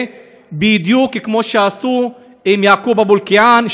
בדיוק כמו שעשו עם יעקוב אבו אלקיעאן,